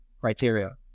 criteria